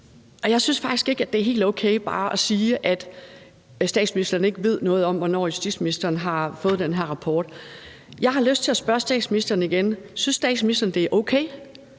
Jeg synes faktisk ikke, at det er helt okay bare at sige, at statsministeren ikke ved noget om, hvornår justitsministeren har fået den her rapport. Jeg har lyst til at spørge statsministeren igen: Synes statsministeren, det er okay,